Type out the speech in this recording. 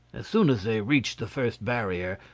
as soon as they reached the first barrier,